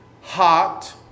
Hot